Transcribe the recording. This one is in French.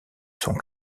sont